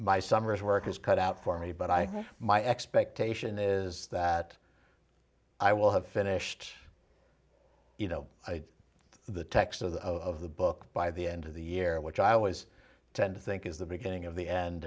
my summers work is cut out for me but i think my expectation is that i will have finished you know the text of the book by the end of the year which i always tend to think is the beginning of the end